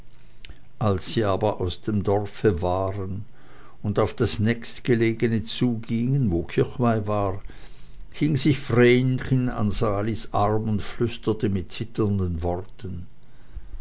als sie aber aus dem dorfe waren und auf das nächstgelegene zugingen wo kirchweih war hing sich vrenchen an salis arm und flüsterte mit zitternden worten